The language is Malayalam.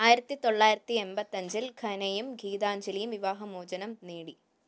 ആയിരത്തി തൊള്ളായിരത്തി എമ്പത്തഞ്ചില് ഖനയും ഗീതാഞ്ജലിയും വിവാഹമോചനം നേടി